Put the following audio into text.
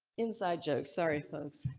inside joke sorry folks